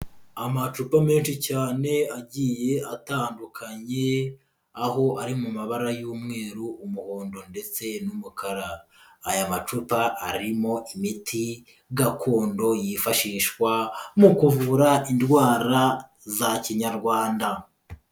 Amacupa menshi cyane agiye atandukanye aho ari mu mabara y'umweru, umuhondo ndetse n'umukara, aya macupa arimo imiti gakondo yifashishwa mu kuvura indwara za Kinyarwanda.